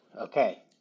okay